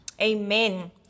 Amen